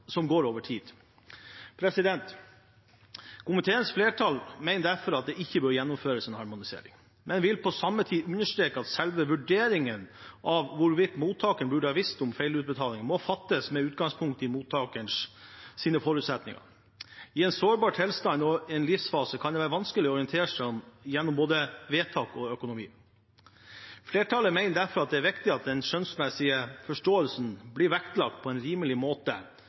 går over tid. Komiteens flertall mener derfor at det ikke bør gjennomføres en harmonisering, men vil på samme tid understreke at selve vurderingen av hvorvidt mottakeren burde ha visst om feilutbetalingen, må fattes med utgangspunkt i mottakerens forutsetninger. I en sårbar tilstand og livsfase kan det være vanskeligere å orientere seg om både vedtak og økonomi. Flertallet mener derfor det er viktig at den skjønnsmessige forståelsen av dette blir vektlagt på en rimelig måte